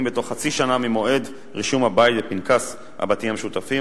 בתוך חצי שנה ממועד רישום הבית בפנקס הבתים המשותפים,